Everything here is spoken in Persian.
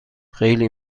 خیلی